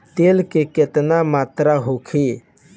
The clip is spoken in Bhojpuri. तेल के केतना मात्रा होखे?